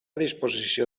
disposició